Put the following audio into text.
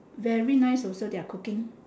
very nice also their cooking